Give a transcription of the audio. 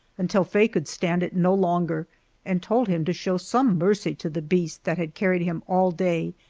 until faye could stand it no longer and told him to show some mercy to the beast that had carried him all day,